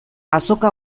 azoka